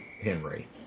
Henry